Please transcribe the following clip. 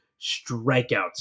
strikeouts